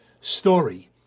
story